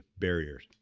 barriers